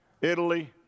Italy